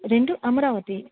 రెండు అమరావతి